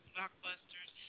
Blockbusters